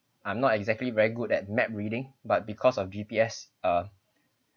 I'm not exactly very good at map reading but because of G_P_S uh